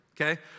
okay